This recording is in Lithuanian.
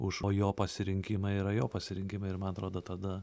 už o jo pasirinkimai yra jo pasirinkimai ir man atrodo tada